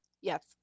Yes